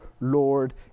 Lord